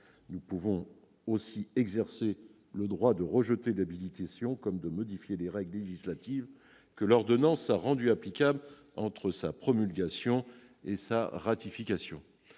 Nous pouvons aussi exercer notre droit de rejeter l'habilitation ou de modifier les règles législatives que l'ordonnance a rendues applicables entre sa promulgation et sa ratification.